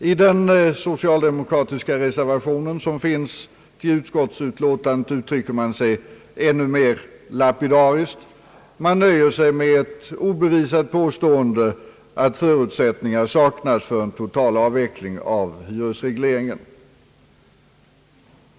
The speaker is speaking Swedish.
I den socialdemokratiska reservation som avgivits vid utskottsutlåtandet uttrycker man sig ännu mera lapidariskt. Man nöjer sig med ett obevisat påstående att förutsättningar saknas för en total avveckling av hyresregleringen.